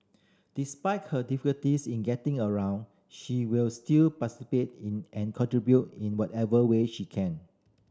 despite her difficulties in getting around she will still participate in and contribute in whatever way she can